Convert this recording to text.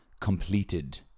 completed